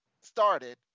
started